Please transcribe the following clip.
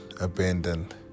abandoned